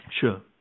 Sure